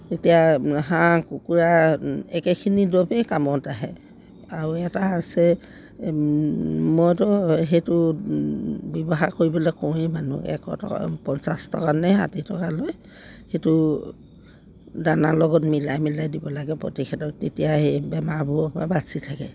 তেতিয়া হাঁহ কুকুৰা একেখিনি দৰৱেই কামত আহে আৰু এটা আছে মইতো সেইটো ব্যৱহাৰ কৰিবলৈ কওঁৱেই মানুহক এশ টকা পঞ্চাছ টকা নে ষাঠি টকা লয় সেইটো দানাৰ লগত মিলাই মিলাই দিব লাগে প্ৰতিষেধক তেতিয়া সেই বেমাৰবোৰৰপৰা বাচি থাকে